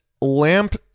lamp